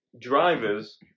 drivers